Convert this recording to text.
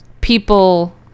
People